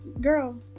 Girl